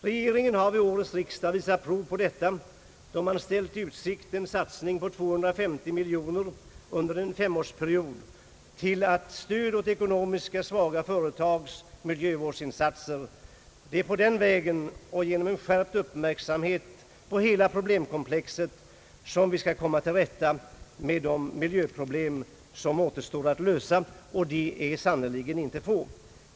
Regeringen har vid årets riksdag visat prov på sin vilja att göra någonting på detta område genom att ställa i utsikt en satsning på 250 miljoner kro nor under en femårsperiod till stöd åt ekonomiskt svaga företags miljövårdsinsatser. Det är på den vägen och genom en skärpt uppmärksamhet på hela problemkomplexet som vi skall komma till rätta med de miljöproblem som återstår att lösa, och de är sannerligen inte få.